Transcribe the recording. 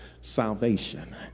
salvation